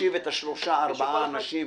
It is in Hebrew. להושיב שלושה ארבעה אנשים,